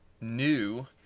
new